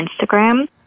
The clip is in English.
Instagram